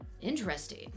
Interesting